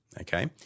okay